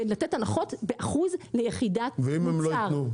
ולתת הנחות באחוז ליחידת מוצר --- ואם הם לא יתנו?